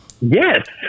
Yes